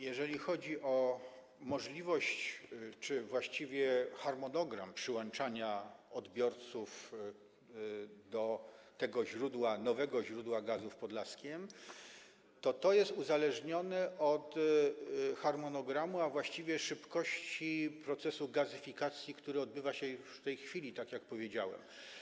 Jeżeli chodzi o możliwość czy właściwie harmonogram przyłączania odbiorców do tego nowego źródła gazu w Podlaskiem, to jest to uzależnione od harmonogramu, a właściwie szybkości procesu gazyfikacji, który odbywa się już w tej chwili, tak jak powiedziałem.